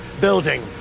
building